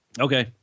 Okay